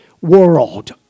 world